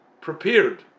prepared